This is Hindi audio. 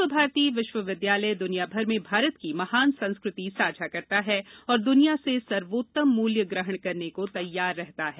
विश्व भारती विश्व विद्यालय दुनियाभर में भारत की महान संस्कृति साझा करता है और दुनिया से सर्वोत्तम मूल्य ग्रहण करने को तैयार रहता है